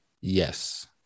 yes